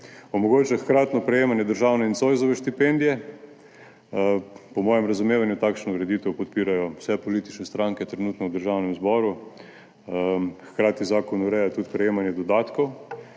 Omogoča hkratno prejemanje državne in Zoisove štipendije. Po mojem razumevanju takšno ureditev podpirajo vse politične stranke trenutno v Državnem zboru. Hkrati zakon ureja tudi prejemanje dodatkov.